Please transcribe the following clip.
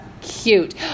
cute